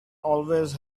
always